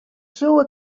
soe